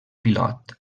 pilot